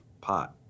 pot